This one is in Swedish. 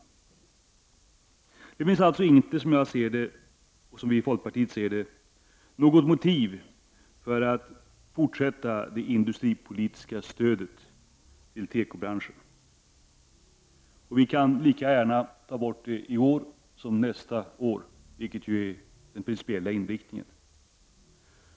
Det finns alltså, som jag och vi i folkpartiet ser det, inte något motiv för att fortsätta med det industripolitiska stödet till tekobranschen. Vi kan lika gärna ta bort det i år som nästa år, vilket är den principiella inriktningen.